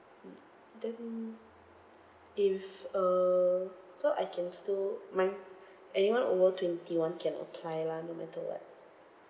then if uh so I can still my anyone over twenty one can apply lah no matter what